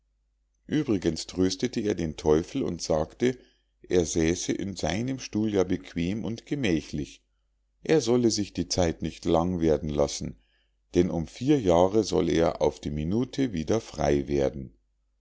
übrigens tröstete er den teufel und sagte er säße in seinem stuhl ja bequem und gemächlich er solle sich die zeit nicht lang werden lassen denn um vier jahre solle er auf die minute wieder frei werden